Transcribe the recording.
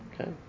Okay